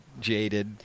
jaded